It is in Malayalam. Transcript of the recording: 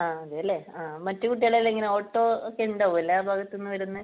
ആ അതെ അല്ലേ ആ മറ്റ് കുട്ടികൾ എല്ലാം എങ്ങനെ ഓട്ടോ ഒക്കെ ഉണ്ടോ എല്ലാ ഭാഗത്തു നിന്ന് വരുന്നത്